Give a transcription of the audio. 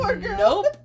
nope